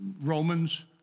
Romans